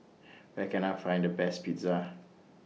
Where Can I Find The Best Pizza